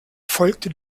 folgte